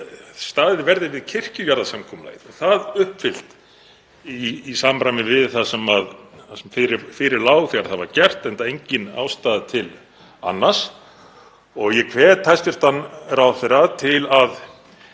staðið verði við kirkjujarðasamkomulagið og það uppfyllt í samræmi við það sem fyrir lá þegar það var gert, enda engin ástæða til annars. Ég hvet hæstv. ráðherra til að